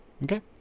Okay